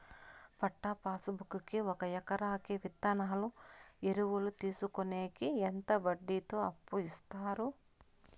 పట్టా passbook కి ఒక ఎకరాకి విత్తనాలు, ఎరువులు తీసుకొనేకి ఎంత వడ్డీతో అప్పు ఇస్తారు?